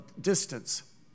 distance